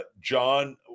John